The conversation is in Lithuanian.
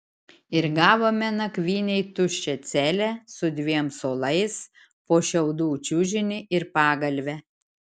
ir gavome nakvynei tuščią celę su dviem suolais po šiaudų čiužinį ir pagalvę